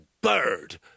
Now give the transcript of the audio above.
bird